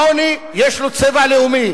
העוני, יש לו צבע לאומי,